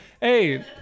Hey